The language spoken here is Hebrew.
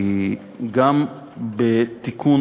כי גם בתיקון